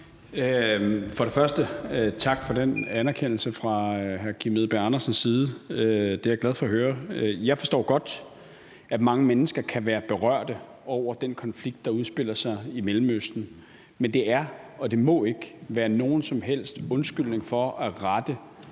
Først tak for den anerkendelse fra hr. Kim Edberg Andersens side. Den er jeg er glad for at høre. Jeg forstår godt, at mange mennesker kan være berørte over den konflikt, der udspiller sig i Mellemøsten, men det er, og det må ikke være nogen som helst undskyldning for at rette